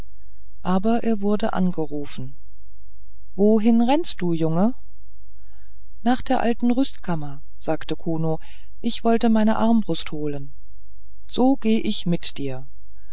aber er wurde angerufen wohin rennst du junge nach der alten rüstkammer sagte kuno ich wollte meine armbrust holen so gehe ich mit dir